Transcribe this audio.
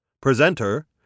Presenter